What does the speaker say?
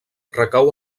recau